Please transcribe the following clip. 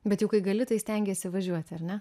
bet jau kai gali tai stengiesi važiuoti ar ne